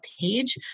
page